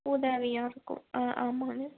உதவியாக இருக்கும் ஆ ஆமாங்க